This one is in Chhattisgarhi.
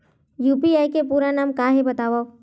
यू.पी.आई के पूरा नाम का हे बतावव?